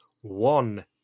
one